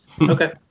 Okay